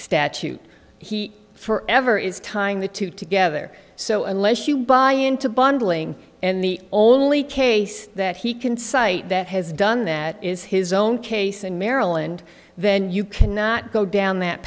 statute he forever is tying the two together so unless you buy into bundling and the only case that he can cite that has done that is his own case in maryland then you cannot go down that